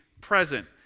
present